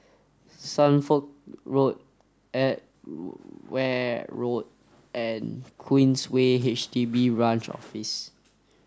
Suffolk Road Edgware Road and Queensway H D B Branch Office